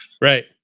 Right